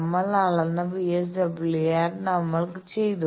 നമ്മൾ അളന്ന VSWR നമ്മൾ ചെയ്തു